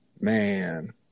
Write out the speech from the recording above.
man